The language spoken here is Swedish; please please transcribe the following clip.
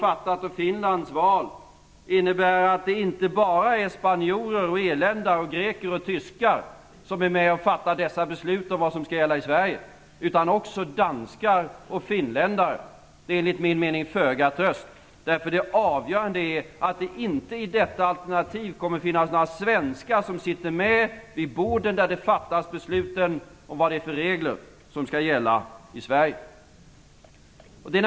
Detta och Finlands val innebär att det inte bara är spanjorer, irländare, greker och tyskar som är med och fattar beslut om vad som skall gälla i Sverige, utan också danskar och finländare. Det är enligt min mening föga tröst. Det avgörande är att det i detta alternativ inte kommer att finnas några svenskar med vid bordet där besluten om vilka regler som skall gälla i Sverige fattas.